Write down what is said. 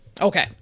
Okay